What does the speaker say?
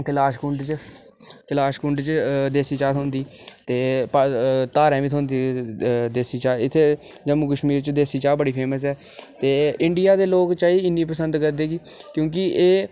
कैलाश कुंड च कैलाश कुंड च देसी चाह् थ्होंदी ते प धारें बी थ्होंदी द देसी चाह् एह् इत्थै जम्मू कश्मीर च देसी चाह् बड़ी फेमस ऐ ते इंडिया दे लोक चाही इन्नी पसंद करदे कि क्योंकि एह्